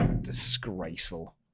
disgraceful